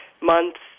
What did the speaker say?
months